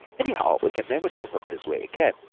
anyhow we can never dress up this way again,